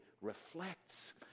reflects